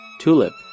Tulip